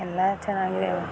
ಎಲ್ಲ ಚೆನ್ನಾಗಿದ್ದಾವೆ